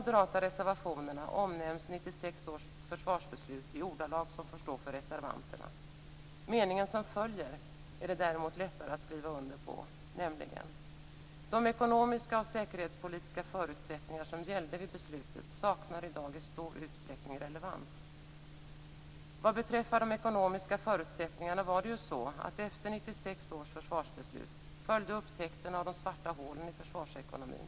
1996 års försvarsbeslut i ordalag som får stå för reservanterna. Meningen som följer är det däremot lättare att skriva under på, nämligen: "De ekonomiska och säkerhetspolitiska förutsättningar som gällde vid beslutet saknar i dag i stor utsträckning relevans." Vad beträffar de ekonomiska förutsättningarna var det ju så att efter 1996 års försvarsbeslut följde upptäckten av de svarta hålen i försvarsekonomin.